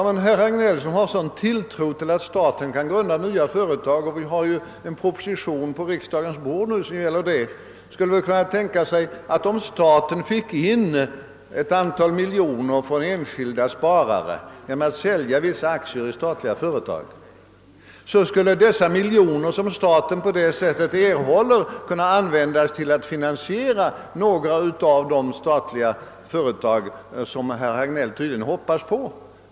Men herr Hagnell som har en sådan tilltro till att staten kan och bör grunda nya företag — det ligger för resten en proposition på riksdagens bord rörande den frågan — skulle väl kunna tänka sig att om staten fick in ett antal miljoner från enskilda sparare genom att sälja en del aktier i statliga företag, så skulle dessa miljoner kunna användas till att finansiera några av de statliga företag som herr Hagnell tydligen hoppas på.